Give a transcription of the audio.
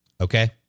okay